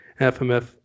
FMF